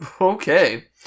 Okay